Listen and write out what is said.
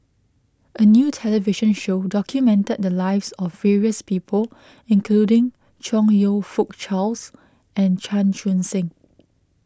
a new television show documented the lives of various people including Chong You Fook Charles and Chan Chun Sing